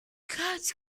clouds